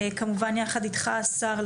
כמובן יחד איתך השר,